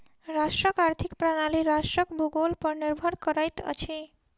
राष्ट्रक आर्थिक प्रणाली राष्ट्रक भूगोल पर निर्भर करैत अछि